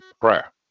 Prayer